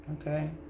Okay